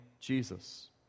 Jesus